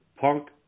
Punk